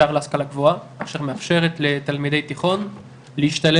שער להשכלה גבוהה אשר מאפשרת לתלמידי תיכון להשתלב